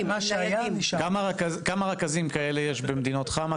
כמה רכזים כאלה יש במדינות חמ"ע?